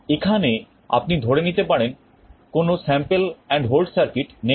এখানে আপনি ধরে নিতে পারেন কোন sample and hold circuit নেই